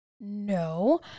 No